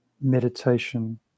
meditation